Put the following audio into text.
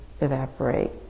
evaporate